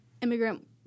immigrant